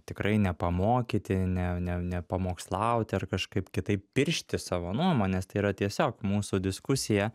tikrai ne pamokyti ne ne ne pamokslauti ar kažkaip kitaip piršti savo nuomonės tai yra tiesiog mūsų diskusija